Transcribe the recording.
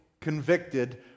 convicted